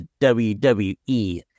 WWE